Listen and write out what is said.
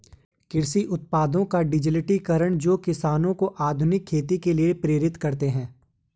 कृषि उत्पादों का डिजिटलीकरण जो किसानों को आधुनिक खेती के लिए प्रेरित करते है